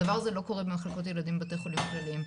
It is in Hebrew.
הדבר הזה לא קורה במחלקות ילדים בבתי חולים כלליים.